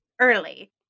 early